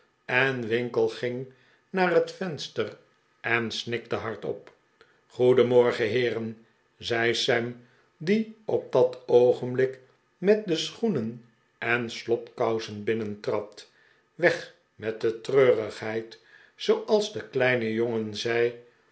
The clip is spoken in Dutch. en winkle ging naar het venster en snikte hardop goedenmorgen heeren zei sam die op dat oogenblik met de schoenen en slobkousen binnentrad weg met de treungheid zooals de kleine jongen zei